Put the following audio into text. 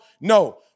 No